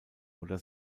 oder